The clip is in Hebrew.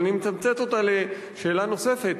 אבל אני מתמצת אותה לשאלה נוספת.